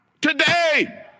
today